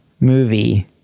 movie